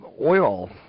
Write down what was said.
oil